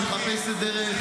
די,